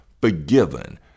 forgiven